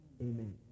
amen